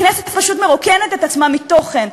הכנסת פשוט מרוקנת את עצמה מתוכן,